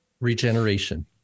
Regeneration